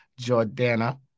Jordana